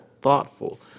thoughtful